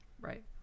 Right